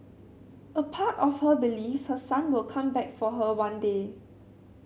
a part of her believes her son will come back for her one day